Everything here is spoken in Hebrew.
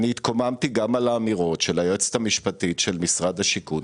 אני התקוממתי גם על האמירות של היועצת המשפטית של משרד השיכון,